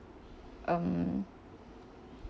um